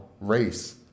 race